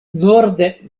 norde